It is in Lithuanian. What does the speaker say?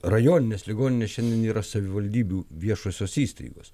rajonines ligonines šiandien yra savivaldybių viešosios įstaigos